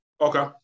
Okay